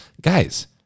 guys